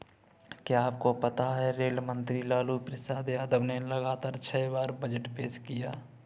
क्या आपको पता है रेल मंत्री लालू प्रसाद यादव ने लगातार छह बार बजट पेश किया?